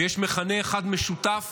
ויש מכנה אחד משותף